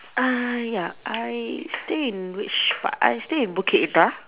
uh ya I stay in which part I stay in Bukit Indah